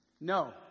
No